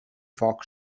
foc